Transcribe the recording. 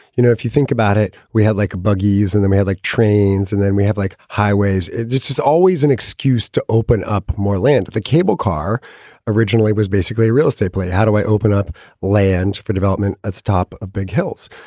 you know, if you think about it, we had like buggies and then we had like trains and then we have like highways. it's it's just always an excuse to open up more land the cable car originally was basically a real estate play. how do i open up land for development? that's top of big hills.